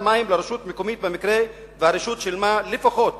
מים לרשות מקומית במקרה שהרשות שילמה לפחות